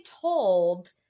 told